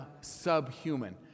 subhuman